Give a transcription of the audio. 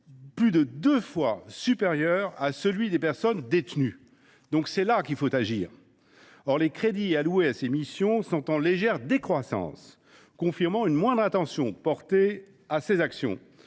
plus de deux fois supérieur à celui des personnes détenues. C’est donc là qu’il faut agir ! Or les crédits alloués aux missions en milieu ouvert sont en légère décroissance, confirmant une moindre attention portée à ces actions,